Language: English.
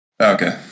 okay